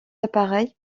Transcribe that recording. appareils